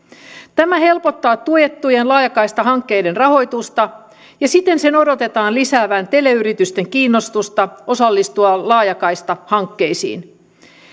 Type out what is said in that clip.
tämä helpottaa tuettujen laajakaistahankkeiden rahoitusta ja siten sen odotetaan lisäävän teleyritysten kiinnostusta osallistua laajakaistahankkeisiin